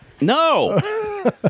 No